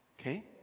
Okay